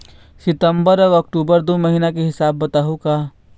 सितंबर अऊ अक्टूबर दू महीना के हिसाब बताहुं का?